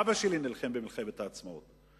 אבא שלי נלחם במלחמת העצמאות.